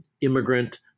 immigrant